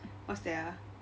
what's that ah